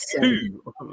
two